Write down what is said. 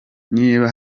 niba